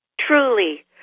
truly